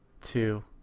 two